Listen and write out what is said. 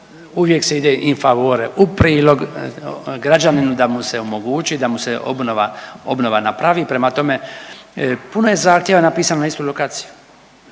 uvijek se ide in favorem, u prilog građaninu da mu se omogući da mu se obnova, obnova napravi, prema tome puno je zahtjeva napisano na istoj lokaciji.